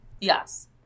Yes